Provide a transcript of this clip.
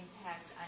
impact